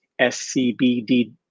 SCBD